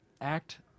act